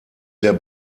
der